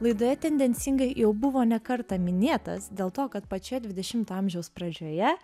laidoje tendencingai jau buvo ne kartą minėtas dėl to kad pačioje dvidešimto amžiaus pradžioje